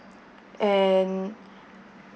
and